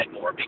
more